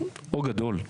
או גדול: